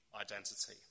identity